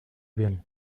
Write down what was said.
bien